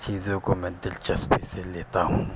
چیزوں کو میں دلچسپی سے لیتا ہوں